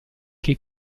che